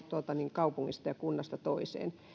kaupungista ja kunnasta toiseen